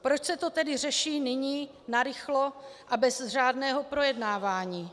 Proč se to tedy řeší nyní, narychlo a bez řádného projednávání?